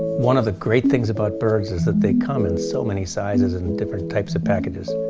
one of the great things about birds is that they come in so many sizes and different types of packages.